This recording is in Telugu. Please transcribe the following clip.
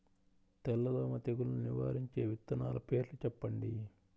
తెల్లదోమ తెగులును నివారించే విత్తనాల పేర్లు చెప్పండి?